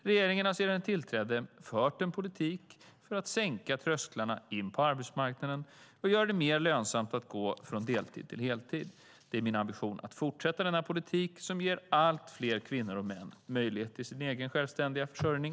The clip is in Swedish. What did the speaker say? Regeringen har sedan den tillträdde fört en politik för att sänka trösklarna in på arbetsmarknaden och göra det mer lönsamt att gå från deltid till heltid. Det är min ambition att fortsätta med denna politik som ger allt fler kvinnor och män möjlighet till egen, självständig försörjning.